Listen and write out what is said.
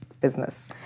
business